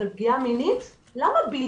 אבל פגיעה מינית היא מובנית,